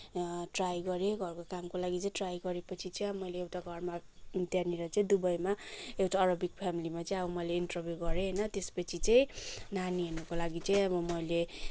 try गरेँ घरको कामको लागि चाहिँ ट्राई गरेपछि चाहिँ मैले एउटा घरमा त्यहाँनिर चाहिँ दुबईमा एउटा अरबिक फ्यामिलीमा चाहिँ मैले इन्टरभ्यू गरेँ होइन त्यसपछि चाहिँ नानी हेर्नको लागि चाहिँ अब मैले